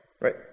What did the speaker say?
right